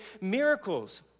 miracles